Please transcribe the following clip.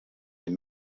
des